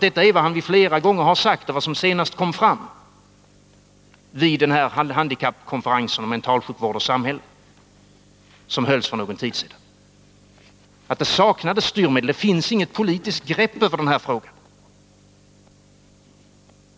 Detta är vad han flera gånger har sagt, och det kom senast fram vid handikappkonferensen om mentalsjukvård och samhälle, som hölls för någon tid sedan. Han sade att det saknades politiska styrmedel och att det inte finns något politiskt grepp över dessa frågor.